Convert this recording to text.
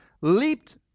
leaped